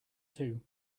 two